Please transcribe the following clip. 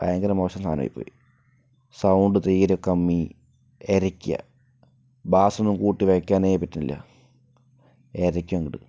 ഭയങ്കര മോശം സാധനം ആയിപ്പോയി സൗണ്ട് തീരെ കമ്മി എരക്കുക ബാസ്സൊന്നും കൂട്ടി വയ്ക്കാനേ പറ്റില്ല എരയ്ക്കും അങ്ങോട്ട്